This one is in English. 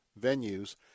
venues